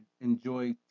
enjoy